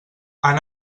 han